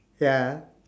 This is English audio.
ya